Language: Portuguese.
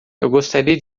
gostaria